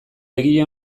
egile